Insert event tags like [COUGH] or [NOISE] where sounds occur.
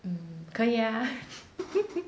mm 可以啊 [LAUGHS]